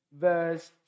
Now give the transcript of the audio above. verse